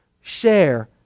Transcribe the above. share